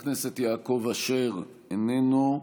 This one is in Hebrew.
חבר הכנסת יעקב אשר, איננו,